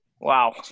Wow